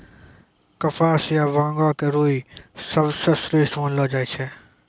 कपास या बांगो के रूई सबसं श्रेष्ठ मानलो जाय छै